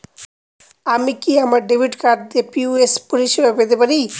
আমি কি আমার ডেবিট কার্ড দিয়ে পি.ও.এস পরিষেবা পেতে পারি?